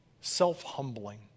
self-humbling